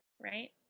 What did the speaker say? right